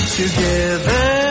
together